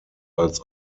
als